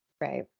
Right